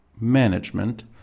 management